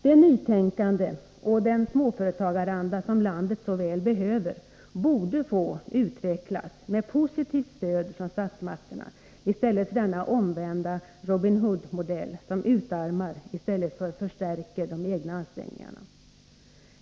Det nytänkande och den småföretagaranda som landet så väl behöver borde få utvecklas med positivt stöd från statsmakterna i stället för denna omvända Robin Hood-modell, som utarmar i stället för förstärker de egna ansträngningarna.